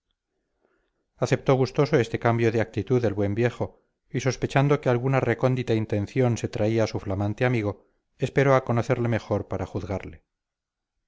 aceptó gustoso este cambio de actitud el buen viejo y sospechando que alguna recóndita intención se traía su flamante amigo esperó a conocerle mejor para juzgarle